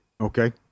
Okay